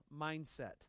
mindset